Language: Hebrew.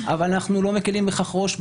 אבל אנחנו לא מקלים בכך ראש,